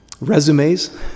resumes